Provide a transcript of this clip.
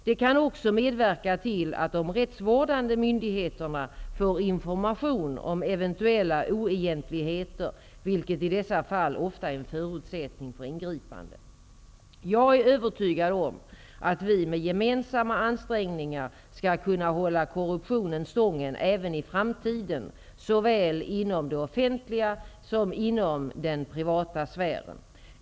Det kan också medverka till att de rättsvårdande myndigheterna får information om eventuella oegentligheter, vilket i dessa fall ofta är en förutsättning för ingripande. Jag är övertygad om att vi med gemensamma ansträngningar skall kunna hålla korruptionen stången även i framtiden, såväl inom det offentliga som inom den privata sfären.